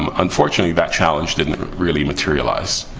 um unfortunately, that challenge didn't really materialize.